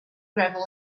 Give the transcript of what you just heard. gravel